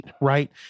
right